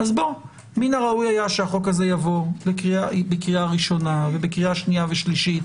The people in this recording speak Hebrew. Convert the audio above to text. אז מן הראוי שהחוק הזה יעבור בקריאה ראשונה ובקריאה שנייה ושלישית.